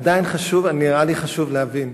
עדיין נראה לי חשוב להבין,